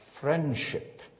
friendship